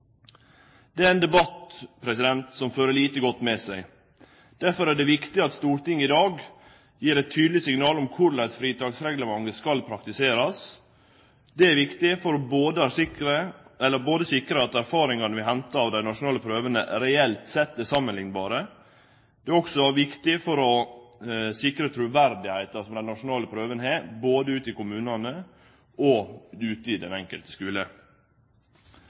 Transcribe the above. Det er ein debatt som fører lite godt med seg. Derfor er det viktig at Stortinget i dag gir eit tydeleg signal om korleis fritaksreglementet skal praktiserast. Det er viktig både for å sikre at erfaringane vi hentar frå dei nasjonale prøvene, reelt sett er samanliknbare, og det er også viktig for å sikre truverdet for dei nasjonale prøvene, både ute i kommunane og i den enkelte skule.